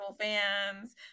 fans